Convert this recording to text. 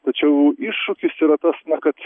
tačiau iššūkis yra tas kad